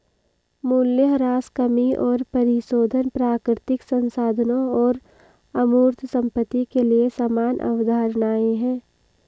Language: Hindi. मूल्यह्रास कमी और परिशोधन प्राकृतिक संसाधनों और अमूर्त संपत्ति के लिए समान अवधारणाएं हैं